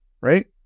right